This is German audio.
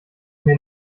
mir